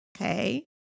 Okay